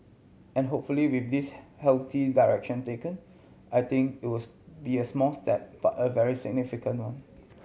and hopefully with this healthy direction taken I think it was be a small step but a very significant one